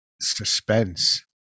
suspense